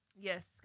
Yes